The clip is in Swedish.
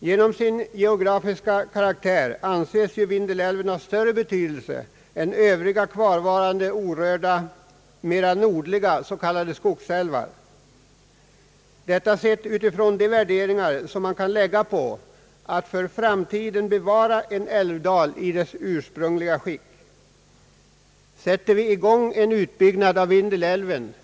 På grund av sin geografiska karaktär anses Vindelälven ha större betydelse än övriga kvarvarande orörda, mera nordliga s.k. skogsälvar, sett utifrån de värderingar som man kan lägga på att för framtiden bevara en älvdal i dess ursprungliga skick. Sätter vi i gång en utbyggnad av Vindelälven,